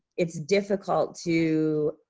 it's difficult to